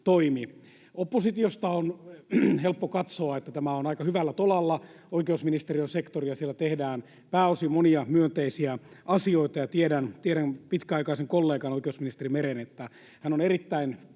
Oppositiosta on helppo katsoa, että tämä oikeusministeriön sektori on aika hyvällä tolalla ja siellä tehdään pääosin monia myönteisiä asioita. Ja tiedän pitkäaikaisen kollegan, oikeusministeri Meren olevan erittäin